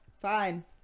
Fine